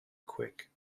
quick